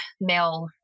male